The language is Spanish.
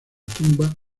tumba